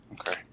Okay